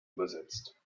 übersetzt